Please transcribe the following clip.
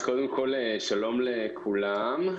שלום לכולם.